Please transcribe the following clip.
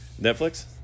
Netflix